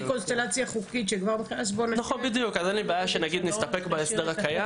אין לי בעיה שנסתפק בהסדר הקיים.